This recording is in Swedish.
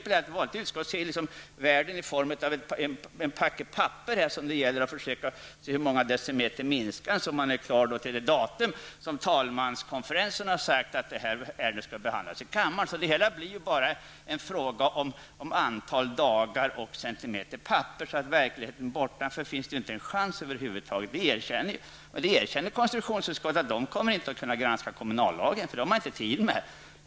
Ett vanligt utskott ser världen i form av en packe papper som det gäller att försöka få att minska ett visst antal centimeter, så att man är klar med varje ärende till det datum då det enligt vad talmanskonferensen har bestämt skall behandlas i kammaren. Det hela blir då bara en fråga om antal dagar och antal centimeter papper. Verkligheten bortanför detta får över huvud taget inte en chans -- konstitutionsutskottet erkänner t.ex. att man inte kommer att seriöst kunna granska förslaget till kommunallag; det har man inte tid med.